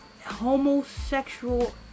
homosexual